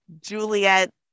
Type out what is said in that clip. Juliet